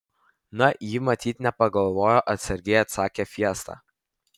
na ji matyt nepagalvojo atsargiai atsakė fiesta